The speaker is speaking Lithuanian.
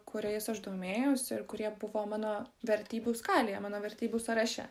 kuriais aš domėjausi ir kurie buvo mano vertybių skalėje mano vertybių sąraše